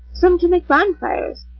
some to make bonfires,